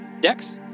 Dex